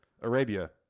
Arabia